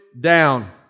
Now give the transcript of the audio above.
down